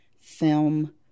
film